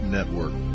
Network